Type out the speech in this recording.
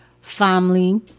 family